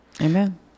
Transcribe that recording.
Amen